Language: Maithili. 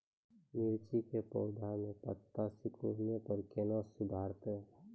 मिर्ची के पौघा मे पत्ता सिकुड़ने पर कैना सुधरतै?